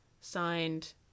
signed